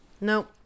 nope